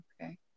okay